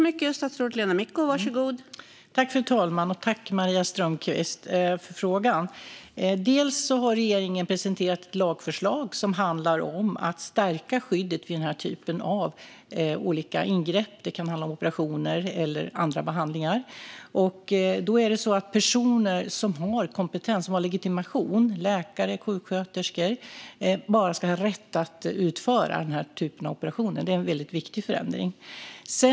Fru talman! Tack, Maria Strömkvist, för frågan! Regeringen har presenterat ett lagförslag som handlar om att stärka skyddet vid den här typen av ingrepp; det kan handla om operationer eller andra behandlingar. Bara personer som har kompetens och legitimation - läkare och sjuksköterskor - ska ha rätt att utföra den här typen av operationer. Det är en väldigt viktig förändring.